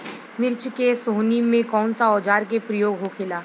मिर्च के सोहनी में कौन सा औजार के प्रयोग होखेला?